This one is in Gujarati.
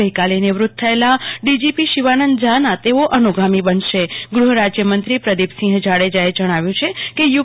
ગઈકાલે નિવૃત્ત થયેલા ડીજીપી શિવાનંદ ઝોના તેઓ અનુગામી બનશે ગૃહરાજ્યમંત્રી પ્રદિપસિંહ જાડેજાયે જણાવ્યુ કે યુ